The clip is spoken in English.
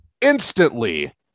instantly